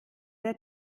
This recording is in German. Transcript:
der